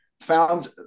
found